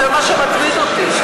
זה מה שמטריד אותי,